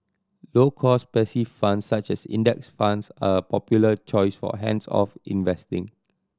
low cost passive funds such as Index Funds are popular choice for hands off investing